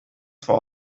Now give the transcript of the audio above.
zwar